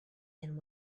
and